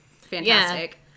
fantastic